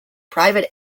private